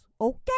okay